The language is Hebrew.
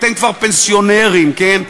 אתם כבר פנסיונרים, כן?